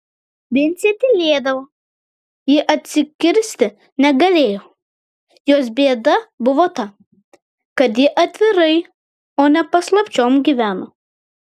vincė tylėdavo ji atsikirsti negalėjo jos bėda buvo ta kad ji atvirai o ne paslapčiom gyveno